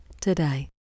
today